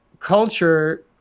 Culture